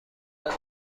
دارد